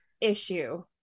issue